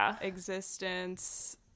existence